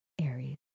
Aries